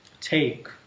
take